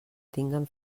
tinguen